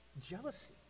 jealousy